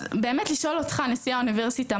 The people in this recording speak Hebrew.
אז באמת לשאול אותך נשיא האוניברסיטה,